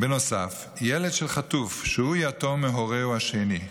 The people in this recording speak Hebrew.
בנוסף, ילד של חטוף שהוא יתום מהורהו השני,